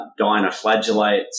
dinoflagellates